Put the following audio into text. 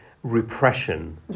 Repression